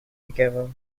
together